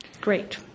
Great